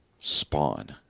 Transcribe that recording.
spawn